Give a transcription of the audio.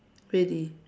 really